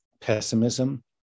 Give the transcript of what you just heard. pessimism